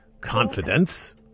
Confidence